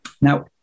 Now